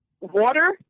water